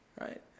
right